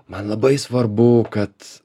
man labai svarbu kad